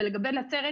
ולגבי נצרת,